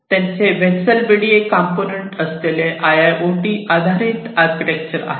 त्यांचे vessel BDA component असलेले IIOT आधारित आर्किटेक्चर आहे